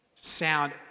sound